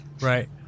Right